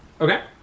Okay